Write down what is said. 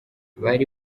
bari